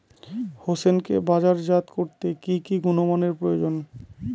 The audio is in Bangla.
হোসেনকে বাজারজাত করতে কি কি গুণমানের প্রয়োজন?